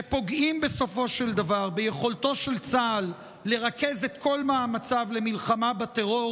שפוגעים בסופו של דבר ביכולתו של צה"ל לרכז את כל מאמציו למלחמה בטרור